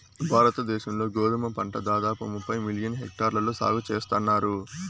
భారత దేశం లో గోధుమ పంట దాదాపు ముప్పై మిలియన్ హెక్టార్లలో సాగు చేస్తన్నారు